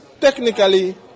Technically